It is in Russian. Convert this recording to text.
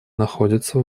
находятся